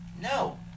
no